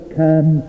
come